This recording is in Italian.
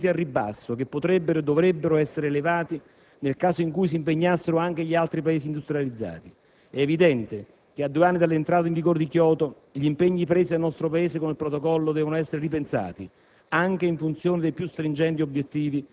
Tuttavia, si tratta di obiettivi definiti al ribasso, che potrebbero, e dovrebbero, essere elevati nel caso in cui si impegnassero anche gli altri Paesi industrializzati. È evidente che, a due anni dall'entrata in vigore di Kyoto, gli impegni presi dal nostro Paese con il Protocollo devono essere ripensati